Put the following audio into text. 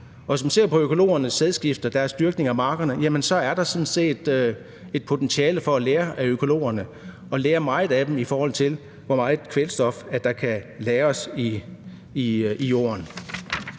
Hvis man ser på økologernes sædskifte, deres dyrkning af markerne, så er der sådan set et potentiale for at lære af økologerne – og lære meget af dem, i forhold til hvor meget kvælstof der kan lagres i jorden.